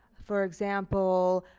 for example,